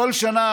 כל שנה,